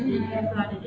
mmhmm